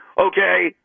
Okay